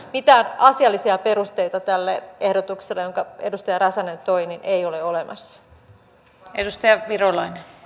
mitään asiallisia perusteita tälle ehdotukselle jonka edustaja räsänen toi ei ole olemassa